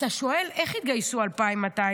אתה שואל איך התגייסו 2,200?